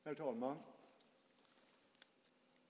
Herr talman!